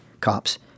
cops